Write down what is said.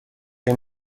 این